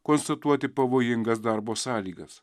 konstatuoti pavojingas darbo sąlygas